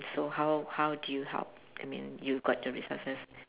so how how do you help I mean you've got the resources